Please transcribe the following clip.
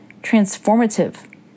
transformative